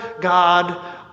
God